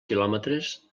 quilòmetres